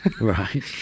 Right